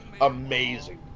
amazing